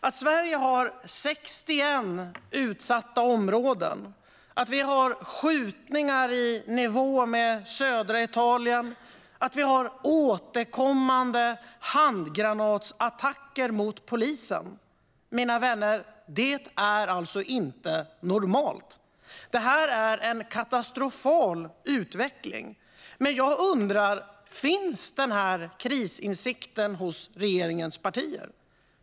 Att Sverige har 61 utsatta områden, skjutningar i nivå med dem i södra Italien och återkommande handgranatsattacker mot polisen är, mina vänner, inte normalt. Det är en katastrofal utveckling. Jag undrar: Finns den krisinsikten hos regeringens partier?